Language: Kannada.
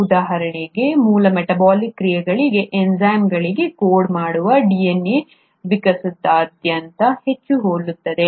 ಉದಾಹರಣೆಗೆ ಮೂಲ ಮೆಟಾಬಾಲಿಕ್ ಕ್ರಿಯೆಗಳಿಗೆ ಎನ್ಝೈಮ್ಗಳಿಗೆ ಕೋಡ್ ಮಾಡುವ DNA ವಿಕಾಸದಾದ್ಯಂತ ಹೆಚ್ಚು ಹೋಲುತ್ತದೆ